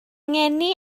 ngeni